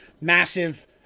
massive